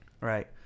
right